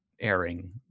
airing